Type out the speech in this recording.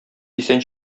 исән